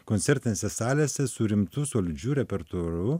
koncertinėse salėse su rimtu solidžiu repertuaru